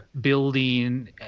building